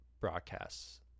broadcasts